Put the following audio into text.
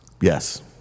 Yes